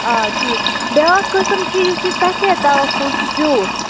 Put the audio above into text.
آ ٹھیٖک بیٛاکھ قٕسٕم چھُ یُس یہِ سَفید دوا فول چھُ زیوٗٹھ